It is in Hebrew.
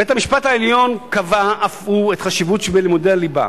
בית-המשפט העליון קבע אף הוא את החשיבות שבלימודי הליבה: